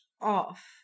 off